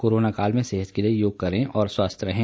corona काल में सेहत के लिए योग करें और स्वस्थ रहें